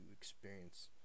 experience